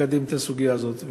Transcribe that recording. לקדם את הסוגיה הזאת.